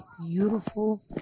beautiful